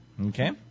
Okay